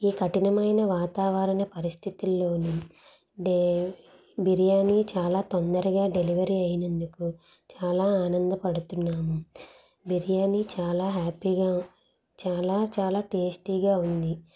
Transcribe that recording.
ఈ కఠినమైన వాతావరణ పరిస్థితిల్లోనూ దే బిర్యానీ చాలా తొందరగా డెలివరీ అయినందుకు చాలా ఆనంద పడుతున్నాము బిర్యానీ చాలా హ్యాపీగా చాలా చాలా టేస్టీగా ఉంది